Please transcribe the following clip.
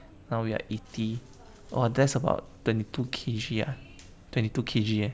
now we are eighty oh that's about twenty two K_G ah twenty two K_G